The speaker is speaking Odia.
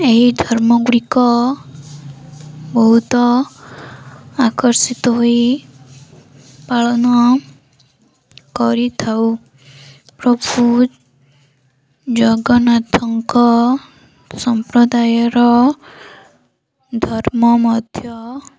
ଏହି ଧର୍ମ ଗୁଡ଼ିକ ବହୁତ ଆକର୍ଷିତ ହୋଇ ପାଳନ କରିଥାଉ ପ୍ରଭୁ ଜଗନ୍ନାଥଙ୍କ ସମ୍ପ୍ରଦାୟର ଧର୍ମ ମଧ୍ୟ